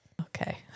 Okay